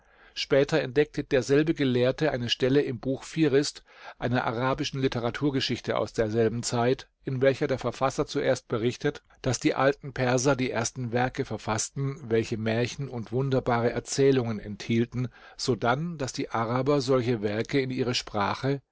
später entdeckte derselbe gelehrte eine stelle im buch fihrist einer arabischen literaturgeschichte aus derselben zeit in welcher der verfasser zuerst berichtet daß die alten perser die ersten werke verfaßten welche märchen und wunderbare erzählungen enthielten sodann daß die araber solche werke in ihre sprache